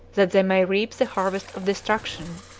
that they may reap the harvest of destruction.